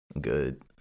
good